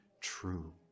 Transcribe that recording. true